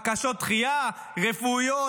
בקשות דחייה רפואיות,